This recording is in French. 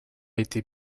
était